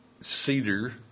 Cedar